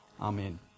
Amen